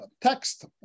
text